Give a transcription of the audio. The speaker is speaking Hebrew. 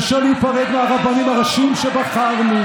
קשה להיפרד מהרבנים הראשיים שבחרנו.